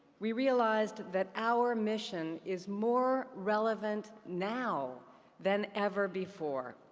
we realized that our mission is more relevant now than ever before.